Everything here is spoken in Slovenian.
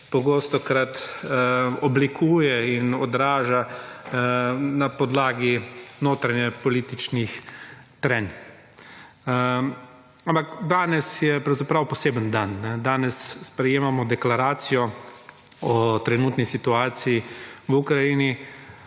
pogostokrat oblikuje in odraža na podlagi notranjepolitičnih trenj. Ampak danes je pravzaprav poseben dan, danes sprejemamo deklaracijo o trenutni situaciji v Ukrajini.